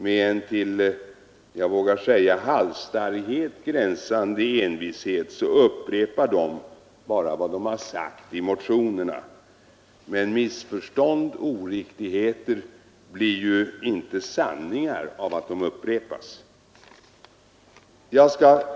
Med en, vågar jag säga, till halsstarrighet gränsande envishet upprepar man bara vad de sagt i motionerna, men missförstånd och oriktigheter blir ju inte sanningar av att upprepas.